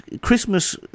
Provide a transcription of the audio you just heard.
Christmas